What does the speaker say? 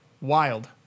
Wild